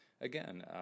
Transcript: again